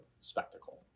spectacle